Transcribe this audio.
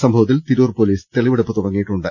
സംഭവത്തിൽ തിരൂർ പൊലീസ് തെളിവെടുപ്പ് തുടങ്ങിയിട്ടു ണ്ട്